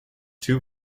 two